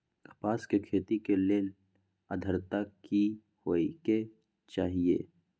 कपास के खेती के लेल अद्रता की होए के चहिऐई?